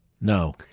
No